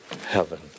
heaven